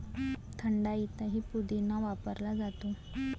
थंडाईतही पुदिना वापरला जातो